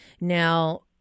Now